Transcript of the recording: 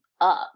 up